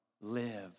live